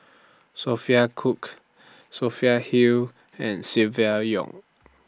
Sophia Cooke Sophia Hull and Silvia Yong